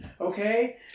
Okay